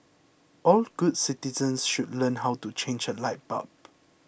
all good citizens should learn how to change a light bulb